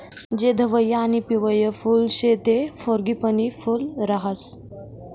जे धवयं आणि पिवयं फुल शे ते फ्रॉगीपनी फूल राहास